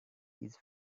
his